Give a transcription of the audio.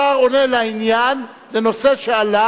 השר עונה לעניין לנושא שעלה,